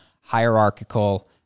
hierarchical